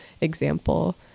example